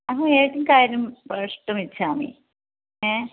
अहं एकं कार्यं प्रष्टुमिच्छामि एवम्